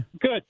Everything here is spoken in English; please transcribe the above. Good